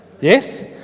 Yes